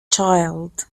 child